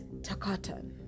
Takatan